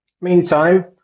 meantime